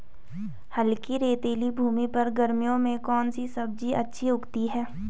हल्की रेतीली भूमि पर गर्मियों में कौन सी सब्जी अच्छी उगती है?